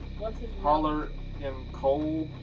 what's his holler in cold.